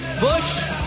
Bush